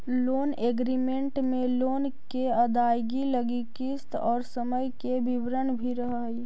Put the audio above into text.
loan agreement में loan के अदायगी लगी किस्त और समय के विवरण भी रहऽ हई